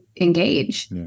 engage